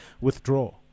withdraw